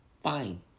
fine